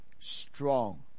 strong